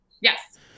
Yes